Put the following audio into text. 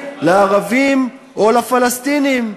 לערבים או לפלסטינים.